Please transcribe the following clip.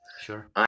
Sure